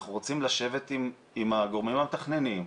אנחנו רוצים לשבת עם הגורמים המתכננים,